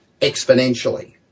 exponentially